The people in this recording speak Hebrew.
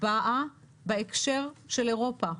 באה בהקשר של אירופה.